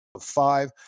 five